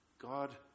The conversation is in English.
God